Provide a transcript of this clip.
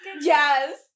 Yes